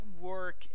work